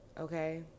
okay